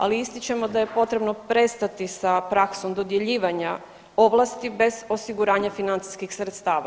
Ali ističemo da je potrebno prestati sa praksom dodjeljivanja ovlasti bez osiguranja financijskih sredstava.